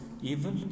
evil